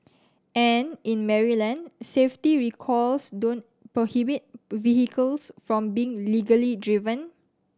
and in Maryland safety recalls don't prohibit vehicles from being legally driven